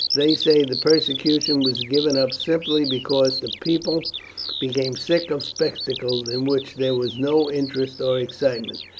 they say the persecution was given up simply because the people became sick of spectacles in which there was no interest or excitement.